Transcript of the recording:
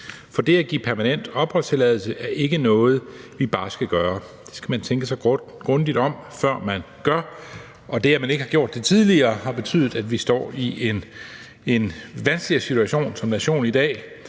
For det at give permanent opholdstilladelse er ikke noget, vi bare skal gøre. Man skal tænke sig grundigt om, før man gør det, og det, at man ikke har gjort det tidligere, har betydet, at vi står i en vanskeligere situation som nation i dag,